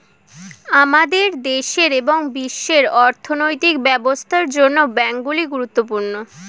আমাদের দেশের এবং বিশ্বের অর্থনৈতিক ব্যবস্থার জন্য ব্যাংকগুলি গুরুত্বপূর্ণ